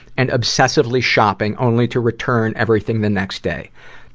and obsessively shopping only to return everything the next day.